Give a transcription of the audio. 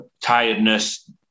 tiredness